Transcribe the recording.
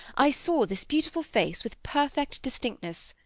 i saw this beautiful face with perfect distinctness.